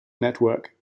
network